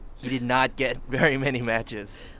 he did not get very many matches.